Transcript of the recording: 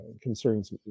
concerns